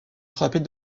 frappait